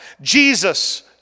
Jesus